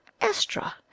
estra